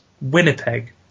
Winnipeg